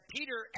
Peter